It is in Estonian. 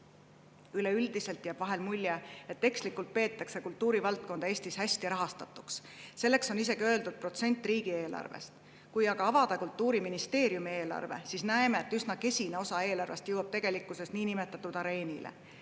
Üleüldiselt jääb vahel mulje, et ekslikult peetakse kultuurivaldkonda Eestis hästi rahastatuks. Selleks on isegi öeldud protsent riigieelarvest. Kui aga avada Kultuuriministeeriumi eelarve, siis näeme, et üsna kesine osa eelarvest jõuab tegelikkuses niinimetatud areenile.